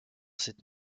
cette